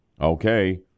Okay